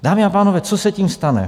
Dámy a pánové, co se tím stane?